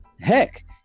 Heck